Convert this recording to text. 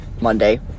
Monday